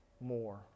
more